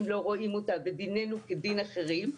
לא רואים אותה ודיננו כדין אחרים.